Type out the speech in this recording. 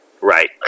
Right